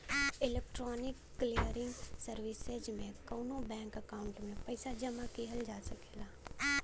electronic clearing services में कउनो bank account में पइसा जमा किहल जा सकला